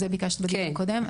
זה ביקשת בדיון הקודם.